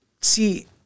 See